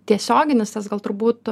tiesioginis tas gal turbūt